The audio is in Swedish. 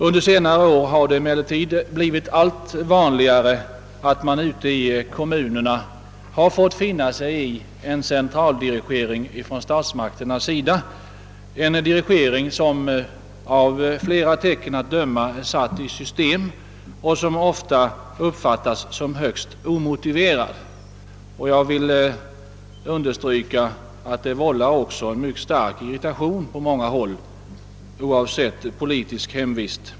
Under senare år har det emellertid blivit allt vanligare, att man ute i kommunerna har fått finna sig i en centraldirigering från statsmakternas sida, en dirigering som, av flera tecken att döma, är satt i system och som ofta uppfattats såsom högst omotiverad. Jag vill understryka att det vållar en mycket stark irritation på många håll oavsett politisk hemvist.